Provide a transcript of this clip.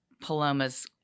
Paloma's